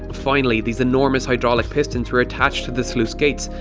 finally these enormous hydraulic pistons were attached to the sluice gates,